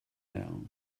down